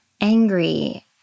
angry